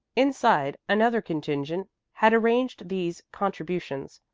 inside another contingent had arranged these contributions,